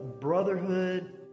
Brotherhood